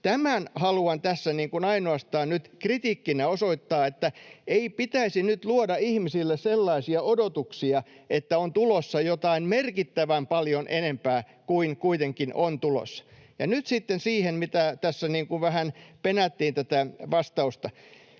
Tämän haluan tässä ainoastaan nyt niin kuin kritiikkinä osoittaa, että ei pitäisi nyt luoda ihmisille sellaisia odotuksia, että on tulossa jotain merkittävän paljon enempää kuin kuitenkin on tulossa. Ja nyt sitten siihen, mitä tässä vähän penättiin, tätä vastausta.